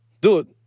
dude